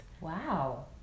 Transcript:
Wow